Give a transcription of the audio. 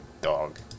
dog